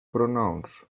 pronounce